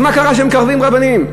אז מה שקרה שמקרבים רבנים?